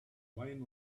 wine